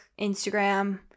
Instagram